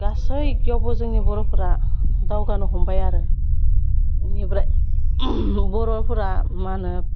गासैयावबो जोंनि बर'फ्रा दावगानो हमबाय आरो बिनिफ्राय बर'फ्रा मा होनो